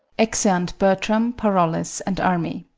exeunt bertram, parolles, and army